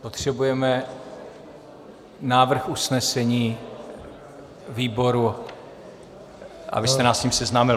Potřebujeme návrh usnesení výboru, abyste nás s ním seznámil.